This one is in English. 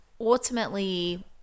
ultimately